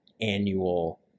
annual